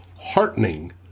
heartening